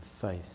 faith